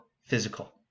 physical